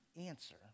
answer